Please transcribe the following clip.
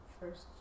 first